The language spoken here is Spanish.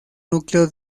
núcleo